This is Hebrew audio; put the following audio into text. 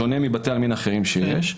בשונה מבתי עלמין אחרים שיש,